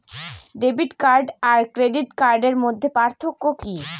Debit card আর credit কার্ডের মধ্যে পার্থক্য কি?